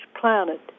planet